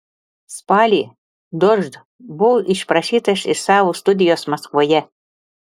spalį dožd buvo išprašytas iš savo studijos maskvoje